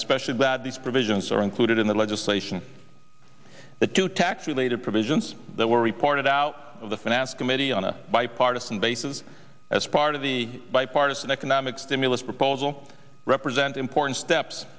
especially glad these provisions are included in the legislation that two tax related provisions that were reported out of the finance committee on a bipartisan basis as part of the bipartisan economic stimulus proposal represent important steps